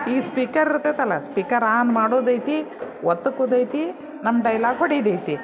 ಈ ಸ್ಪೀಕರ್ ಇರ್ತೈತಲ್ಲ speaker on ಮಾಡುದೈತಿ ಒತ್ತುಕುದೈತಿ ನಮ್ಮ ಡೈಲಾಗ್ ಹೊಡಿದೈತಿ